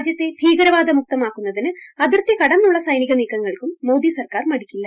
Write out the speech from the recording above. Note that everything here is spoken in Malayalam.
രാജ്യത്തെ ഭീകരവാദ മുക്തമാക്കുന്നതിന് അതിർത്തി കടന്നുള്ള സൈനികനീക്കങ്ങൾക്കും മോദി സർക്കാർ മടിക്കില്ല